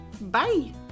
bye